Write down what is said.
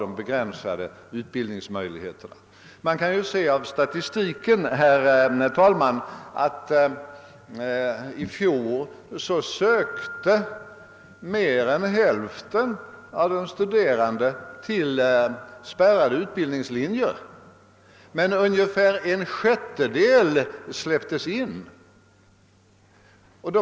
Det framgår av statistiken att i fjol mer än hälften av de studerande sökte till spärrade utbildningslinjer men att bara ungefär en sjättedel togs in.